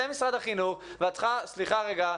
אתם משרד החינוך ואת צריכה להגיד: סליחה רגע,